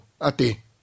ati